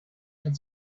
had